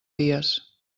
dies